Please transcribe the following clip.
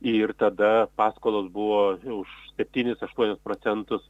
ir tada paskolos buvo už septynis aštuonis procentus